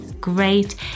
great